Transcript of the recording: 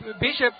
Bishop